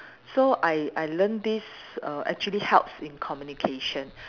so I I learn this err actually helps in communication